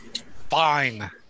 Fine